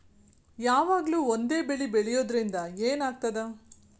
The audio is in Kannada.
ಯಾವಾಗ್ಲೂ ಒಂದೇ ಬೆಳಿ ಬೆಳೆಯುವುದರಿಂದ ಏನ್ ಆಗ್ತದ?